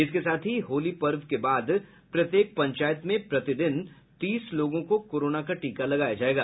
इसके साथ ही होली पर्व के बाद प्रत्येक पंचायत में प्रतिदिन तीस लोगों को कोरोना का टीका लगाया जायेगा